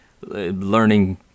learning